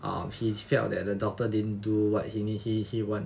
um he felt that the doctor didn't do what he need he he want